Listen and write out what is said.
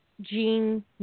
gene